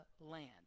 land